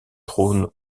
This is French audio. trône